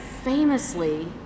famously